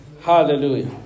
Hallelujah